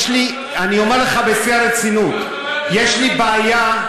אני אומר לך בשיא הרצינות: יש לי בעיה עם